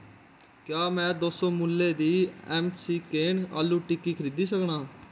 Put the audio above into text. क्या मै दो सौ मुल्ले दी एमकेन आलू टिक्की खरीदी सकनां